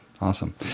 awesome